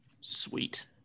Sweet